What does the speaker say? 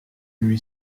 lui